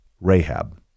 Rahab